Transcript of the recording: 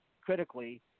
critically